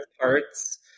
parts